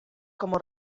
como